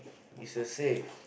is a safe